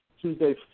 Tuesday